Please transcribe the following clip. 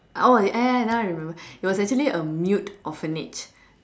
oh ya ya ya now I remember it was actually a mute orphanage